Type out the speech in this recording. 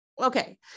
Okay